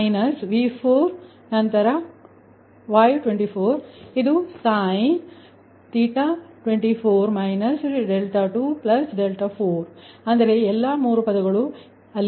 ನಂತರ ಸೈನ್ ನಂತರ ನಿಮ್ಮ 𝜃24 − 𝛿2 𝛿4 ಅಂದರೆ ಎಲ್ಲಾ 3 ಪದಗಳು ಅಲ್ಲಿವೆ ಇದು ಕೂಡ ಇದೆ